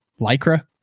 lycra